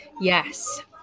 Yes